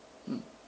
mm